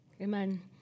Amen